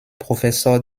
professor